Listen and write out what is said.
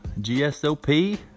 GSOP